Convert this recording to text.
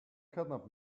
kidnap